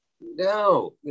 no